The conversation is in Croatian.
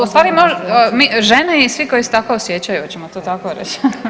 Ustvari mi žene i svi koji se tako osjećaju hoćemo to tako reći?